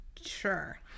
Sure